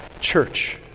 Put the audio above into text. Church